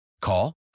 Call